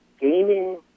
gaming